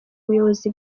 buyobozi